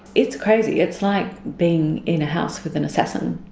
it's crazy, it's like being in a house with an assassin.